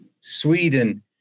Sweden